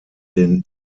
den